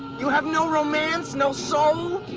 you have no romance, no soul?